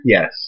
Yes